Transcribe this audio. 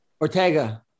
Ortega